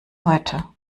heute